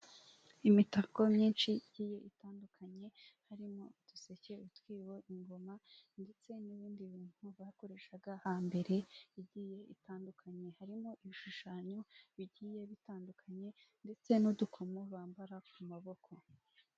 Imitako myinshi igiye itandukanye, harimo uduseke, utwibo, ingoma, ndetse n'ibindi bintu bakoreshaga hambere bigiye itandukanye, harimo ibishushanyo bigiye bitandukanye, ndetse n'udukomo bambara ku maboko.